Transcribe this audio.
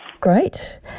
Great